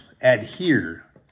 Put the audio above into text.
adhere